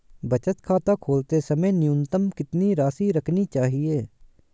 बचत खाता खोलते समय न्यूनतम कितनी राशि रखनी चाहिए?